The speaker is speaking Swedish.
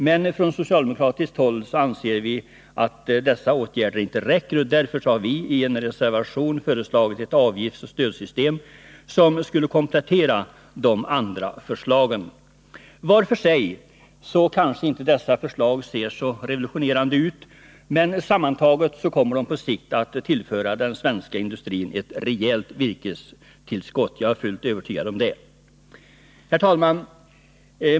Men från socialdemokratiskt håll anser vi att åtgärderna inte räcker, och därför har vi i en reservation föreslagit ett avgiftsoch stödsystem som skulle komplettera de andra förslagen. Vart för sig kanske inte dessa förslag ser så revolutionerande ut. Men sammantagna kommer de på sikt att tillföra den svenska industrin ett rejält virkestillskott — jag är fullt övertygad om det. Herr talman!